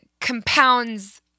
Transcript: compounds